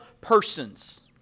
persons